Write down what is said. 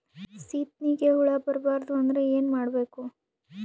ಸೀತ್ನಿಗೆ ಹುಳ ಬರ್ಬಾರ್ದು ಅಂದ್ರ ಏನ್ ಮಾಡಬೇಕು?